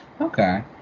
okay